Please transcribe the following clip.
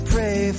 Pray